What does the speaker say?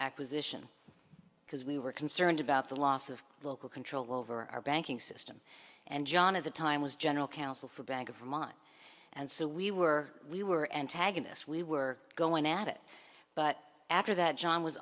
acquisition because we were concerned about the loss of local control over our banking system and john of the time was general counsel for bank of mine and so we were we were antagonists we were going at it but after that john was